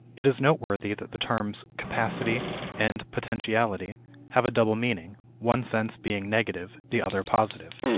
it is noteworthy that the terms capacity and potentiality have a double meaning, one sense being negative, the other positive.